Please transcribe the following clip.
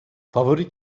favori